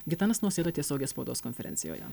gitanas nausėda tiesiogiai spaudos konferencijoje